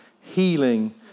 healing